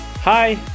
Hi